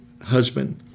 husband